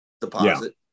deposit